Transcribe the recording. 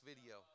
video